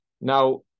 Now